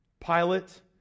Pilate